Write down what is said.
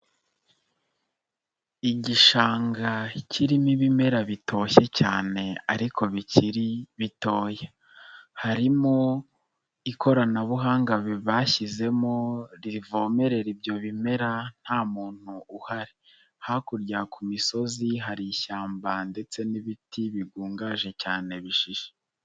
Igishanga kirimo ibimera bitoshye cyane ariko bikiri bitoya, harimo ikoranabuhanga bashyizemo rivomerera ibyo bimera nta muntu uhari, hakurya ku misozi hari ishyamba ndetse n'ibiti bigungaje cyane bishishe.